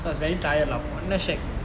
so I was very tired lah பொன்ன:ponna shag